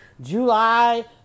July